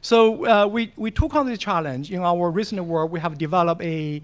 so we we took on this challenge in our recent work, we have developed a